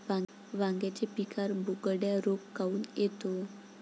वांग्याच्या पिकावर बोकड्या रोग काऊन येतो?